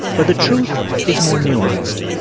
but the truth is more nuanced.